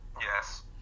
Yes